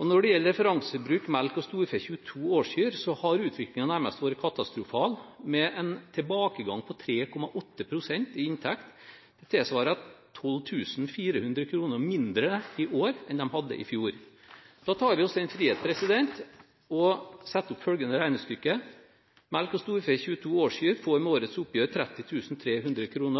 Og når det gjelder referansebruk, melk og storfe, 22 årskyr, har utviklingen nærmest vært katastrofal, med en tilbakegang på 3,8 pst. i inntekt, og det tilsvarer 12 400 kr mindre i år enn de hadde i fjor. Da tar vi oss den frihet å sette opp følgende regnestykke: Melk og storfe, 22 årskyr, får med årets oppgjør 30 300 kr.